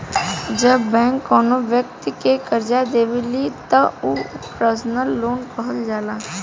जब बैंक कौनो बैक्ति के करजा देवेली त उ पर्सनल लोन कहल जाला